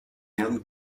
herrn